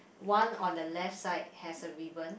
one on the left side has a ribbon